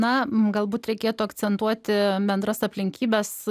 na galbūt reikėtų akcentuoti bendras aplinkybes